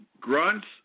Grunts